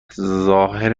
ظاهر